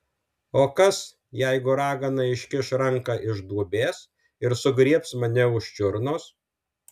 o kas jeigu ragana iškiš ranką iš duobės ir sugriebs mane už čiurnos